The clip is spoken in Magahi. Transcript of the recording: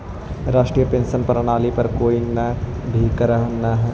राष्ट्रीय पेंशन प्रणाली पर कोई भी करऽ न हई